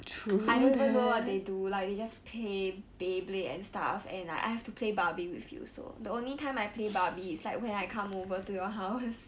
I don't even know what they do like they just play beyblade and stuff and like I have to play barbie with you so the only time I play barbie it's like when I come over to your house